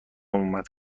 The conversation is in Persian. اومد